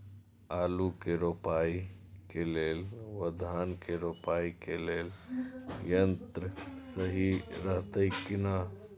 आलु के रोपाई के लेल व धान के रोपाई के लेल यन्त्र सहि रहैत कि ना?